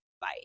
bye